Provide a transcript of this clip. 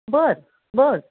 बरं बरं